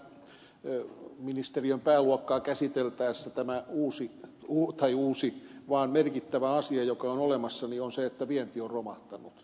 viimeksi kävi ilmi ministeriön pääluokkaa käsiteltäessä tämä uusi kuu tai uusi vaan merkittävä asia joka on olemassa se että vienti on romahtanut